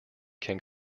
can